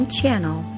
channel